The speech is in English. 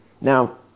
Now